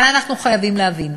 אבל אנחנו חייבים להבין: